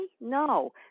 No